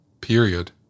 period